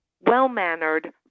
well-mannered